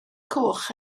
coch